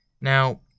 Now